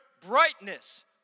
brightness